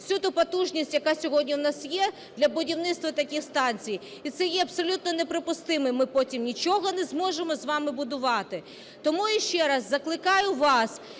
всю ту потужність, яка сьогодні у нас є для будівництва таких станцій. І це є абсолютно неприпустимим, ми потім нічого не зможемо з вами будувати. Тому ще раз закликаю вас